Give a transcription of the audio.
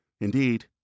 Indeed